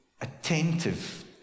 attentive